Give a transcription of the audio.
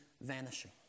vanishing